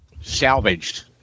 salvaged